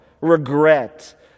regret